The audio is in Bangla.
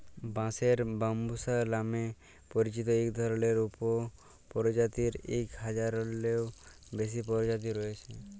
বাঁশের ব্যম্বুসা লামে পরিচিত ইক ধরলের উপপরজাতির ইক হাজারলেরও বেশি পরজাতি রঁয়েছে